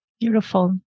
Beautiful